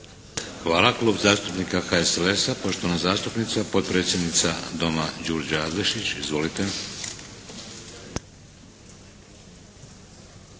(HDZ)** Klub zastupnika HSLS-a, poštovana zastupnica potpredsjednica Doma Đurđa Adlešić. Izvolite!